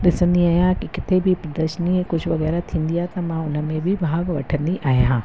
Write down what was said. ॾिसंदी आहियां की किथे प्रदर्शनी या कुझु वग़ैरह थींदी आहे त मां हुन में बि भाग वठंदी आहियां